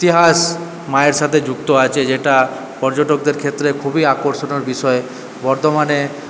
ইতিহাস মায়ের সাথে যুক্ত আছে যেটা পর্যটকদের ক্ষেত্রে খুবই আকর্ষণের বিষয় বর্ধমানে